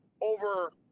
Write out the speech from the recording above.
over